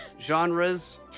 genres